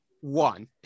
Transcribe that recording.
one